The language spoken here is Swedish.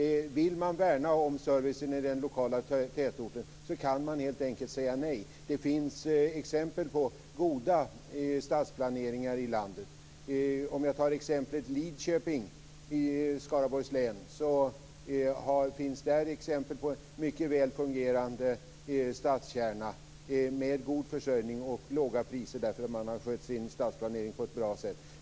Vill man värna om servicen i den lokala tätorten kan man helt enkelt säga nej. Det finns exempel på goda stadsplaneringar i landet. I t.ex. Lidköping i Skaraborgs län finns exempel på en mycket väl fungerande stadskärna med god försörjning och låga priser, eftersom man har skött sin stadsplanering på ett bra sätt.